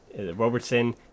Robertson